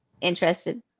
interested